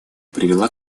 привела